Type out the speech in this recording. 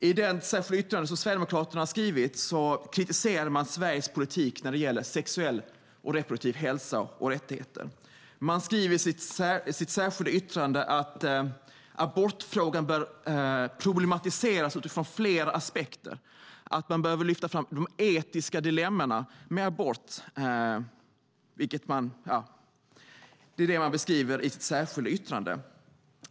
I det särskilda yttrandet från Sverigedemokraterna kritiserar man Sveriges politik när det gäller sexuell och reproduktiv hälsa och rättigheter. Man skriver i sitt särskilda yttrande att abortfrågan bör problematiseras utifrån fler aspekter och att man behöver lyfta fram etiska dilemman med abort. Detta beskriver man i sitt särskilda yttrande.